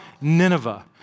Nineveh